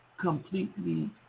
completely